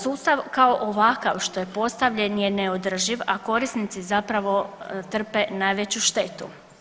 Sustav kao ovakav što je postavljen je neodrživ, a korisnici zapravo trpe najveću štetu.